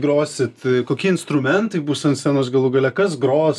grosit kokie instrumentai bus ant scenos galų gale kas gros